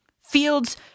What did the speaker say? Fields